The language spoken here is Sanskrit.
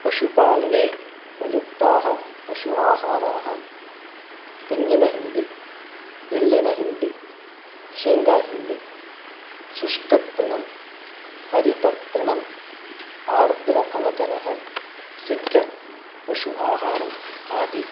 पशुपालने प्रयुक्ताः पशु आहाराः तेङ्गिनहिण्डि एळ्ळिनहिण्डि शेङ्गाहिण्डि शुष्कतृणं हरिततृणम् आर्द्र अवकरः सिद्धपशु आहारः आदि